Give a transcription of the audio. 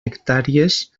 hectàrees